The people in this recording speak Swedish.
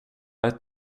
ett